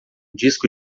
disco